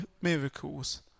miracles